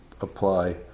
apply